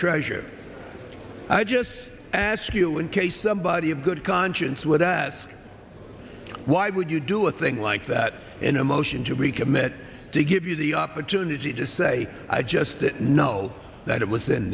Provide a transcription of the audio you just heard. treasurer i just ask you in case somebody in good conscience would ask why would you do a thing like that in a motion to recommit to give you the opportunity to say i just know that it was in